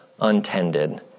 untended